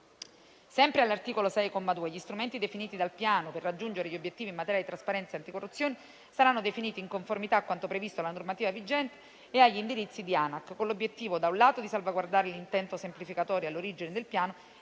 Sempre all'articolo 6, comma 2, gli strumenti definiti dal Piano per raggiungere gli obiettivi in materia di trasparenza e anticorruzione saranno definiti in conformità a quanto previsto dalla normativa vigente e agli indirizzi dell'Autorità nazionale anticorruzione (Anac), con l'obiettivo, da un lato, di salvaguardare l'intento semplificatore all'origine del piano